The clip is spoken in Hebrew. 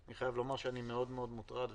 אני חייב לומר שאני מאוד מאוד מוטרד.